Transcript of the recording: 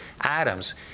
items